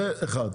זה אחד.